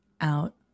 out